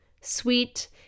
sweet